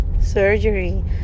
surgery